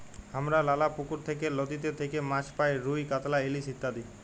হামরা লালা পুকুর থেক্যে, লদীতে থেক্যে মাছ পাই রুই, কাতলা, ইলিশ ইত্যাদি